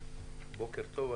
בוקר טוב.